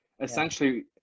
essentially